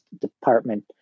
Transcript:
department